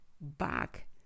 back